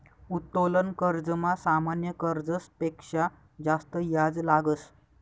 उत्तोलन कर्जमा सामान्य कर्जस पेक्शा जास्त याज लागस